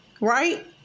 right